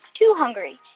too hungry.